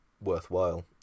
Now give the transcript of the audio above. worthwhile